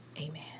Amen